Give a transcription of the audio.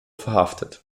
verhaftet